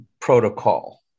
protocol